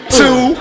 two